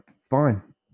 fine